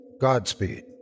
Godspeed